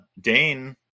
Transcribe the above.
Dane